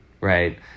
right